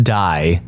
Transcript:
die